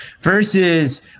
versus